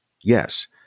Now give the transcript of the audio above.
Yes